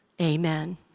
Amen